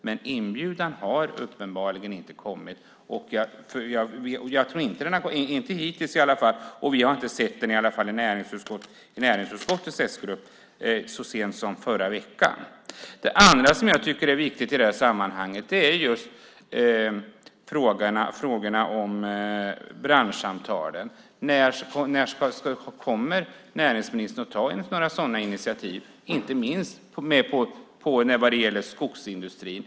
Men inbjudan har uppenbarligen inte kommit hittills - vi i näringsutskottets s-grupp hade inte sett den så sent som förra veckan. Det andra som är viktigt i det här sammanhanget är just frågorna om branschsamtalen. När kommer näringsministern att ta några sådana initiativ inte minst när det gäller skogsindustrin?